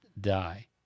die